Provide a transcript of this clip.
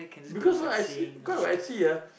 because all I see cause I see ah